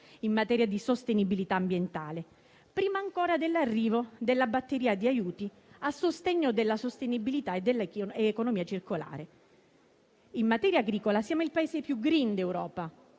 in materia di sostenibilità ambientale, prima ancora dell'arrivo della batteria di aiuti a sostegno della sostenibilità e dell'economia circolare. In materia agricola siamo il Paese più *green* d'Europa,